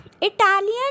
Italian